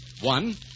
One